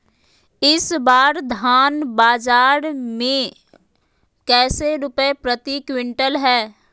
इस बार धान बाजार मे कैसे रुपए प्रति क्विंटल है?